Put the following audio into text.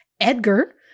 Edgar